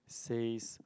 says